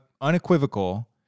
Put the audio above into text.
unequivocal